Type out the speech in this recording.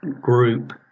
group